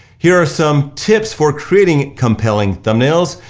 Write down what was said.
here are some tips for creating compelling thumbnails.